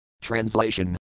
Translation